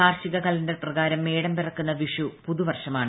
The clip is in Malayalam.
കാർഷിക കലണ്ടർ പ്രകാരം മേടം പിറക്കുന്ന വിഷു പുതുവർഷമാണ്